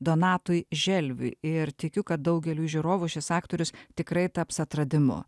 donatui želviui ir tikiu kad daugeliui žiūrovų šis aktorius tikrai taps atradimu